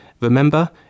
Remember